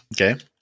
Okay